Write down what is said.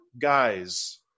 guys